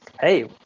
hey